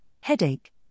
headache